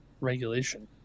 regulation